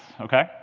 Okay